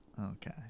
Okay